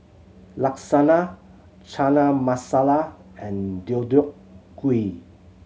Lasagna Chana Masala and Deodeok Gui